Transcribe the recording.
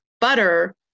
butter